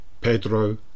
Pedro